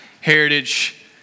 Heritage